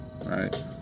right